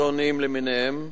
קפצונים למיניהם,